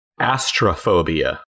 astrophobia